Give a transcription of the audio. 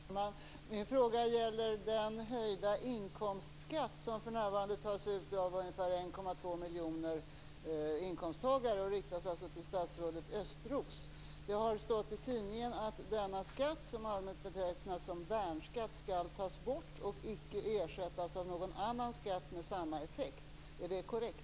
Herr talman! Min fråga gäller den höjda inkomstskatt som för närvarande tas ut av ungefär 1,2 miljoner inkomsttagare, och frågan riktas till statsrådet Östros. Det har stått i tidningen att denna skatt, som allmänt betecknas som värnskatt, skall tas bort och icke ersättas av någon annan skatt med samma effekt. Är det korrekt?